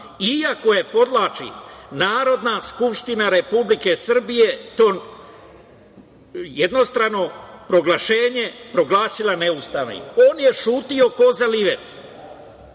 iako je, podvlačim, Narodna skupština Republike Srbije to jednostrano proglašenje proglasila neustavnim. On je ćutao kao